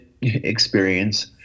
experience